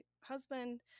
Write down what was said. husband